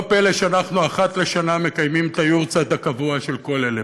לא פלא שאנחנו אחת לשנה מקיימים את היארצייט הקבוע של כל אלה,